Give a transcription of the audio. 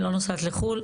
אני לא נוסעת לחו"ל,